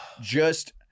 just-